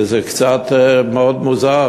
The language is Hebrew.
וזה קצת מאוד מוזר,